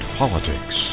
politics